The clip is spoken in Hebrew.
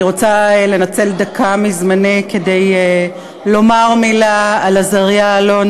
אני רוצה לנצל דקה מזמני כדי לומר מילה על עזריה אלון,